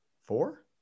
four